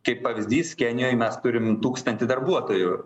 kaip pavyzdys kenijoj mes turim tūkstantį darbuotojų